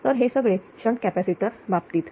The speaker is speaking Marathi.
तर हे सगळे शंट कॅपॅसिटर बाबतीत